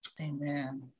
Amen